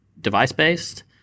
device-based